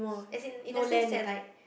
as in in the sense that like